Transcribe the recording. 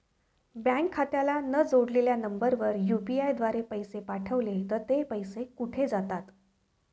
Bank खात्याला न जोडलेल्या नंबरवर यु.पी.आय द्वारे पैसे पाठवले तर ते पैसे कुठे जातात?